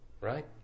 right